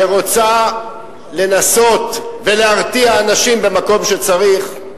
שרוצה לנסות ולהרתיע אנשים במקום שצריך,